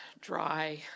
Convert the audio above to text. dry